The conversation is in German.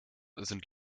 sind